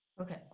Okay